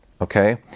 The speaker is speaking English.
Okay